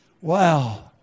Wow